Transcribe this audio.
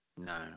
No